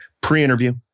pre-interview